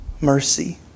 mercy